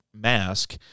mask